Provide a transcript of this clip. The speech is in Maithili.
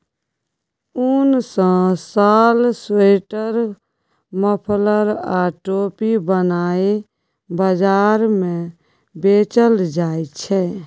उन सँ साल, स्वेटर, मफलर आ टोपी बनाए बजार मे बेचल जाइ छै